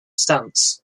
stance